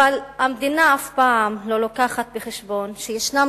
אבל המדינה אף פעם לא מביאה בחשבון שישנם